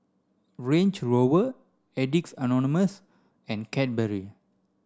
Range Rover Addicts Anonymous and Cadbury